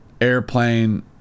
airplane